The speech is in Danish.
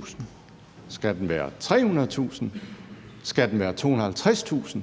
320.000 kr.? Skal den være 300.000 kr.? Skal den være 250.000